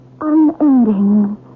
unending